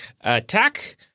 attack